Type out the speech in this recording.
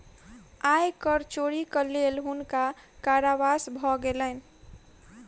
आय कर चोरीक लेल हुनका कारावास भ गेलैन